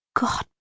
God